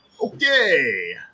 Okay